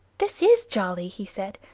this is jolly! he said.